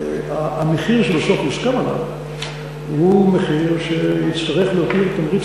המחיר שבסוף יוסכם עליו הוא מחיר שיצטרך להותיר תמריץ